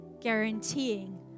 guaranteeing